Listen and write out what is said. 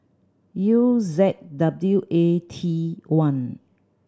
U Z W A T one